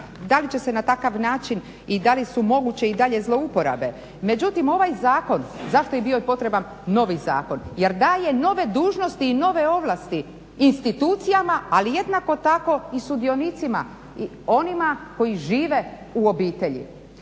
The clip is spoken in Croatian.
da li će se na takav način i da li su moguće i dalje zlouporabe, međutim ovaj zakon zašto je bio potreban novi zakon jer daje nove dužnosti i nove ovlasti institucijama, ali jednako tako i sudionicima i onim a koji žive u obitelji.